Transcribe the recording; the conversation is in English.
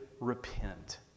repent